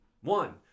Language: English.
One